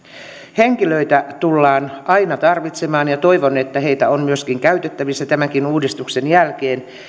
henkilöitä tullaan aina tarvitsemaan ja toivon että heitä on myöskin käytettävissä tämänkin uudistuksen jälkeen